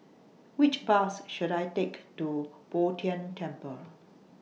Which Bus should I Take to Bo Tien Temple